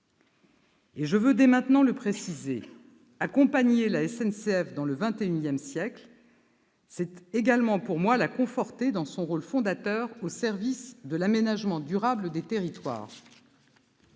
Je veux dès maintenant le préciser : accompagner la SNCF dans le XXIsiècle, c'est également pour moi la conforter dans son rôle fondateur, au service de l'aménagement durable des territoires.